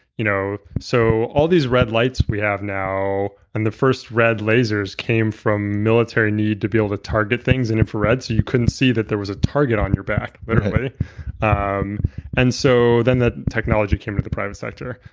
you know so all these red lights that we have now and the first red lasers came from military need to be able to target things in infrared, so you couldn't see that there was a target on your back, but um and so then that technology came to the private sector.